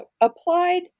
applied